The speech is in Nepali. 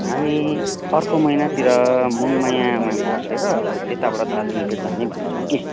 हामी अर्को महिनातिर मङमायामा बसेर त्यताबाट दार्जिलिङतिर जाने भनेको छौँ कि